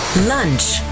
Lunch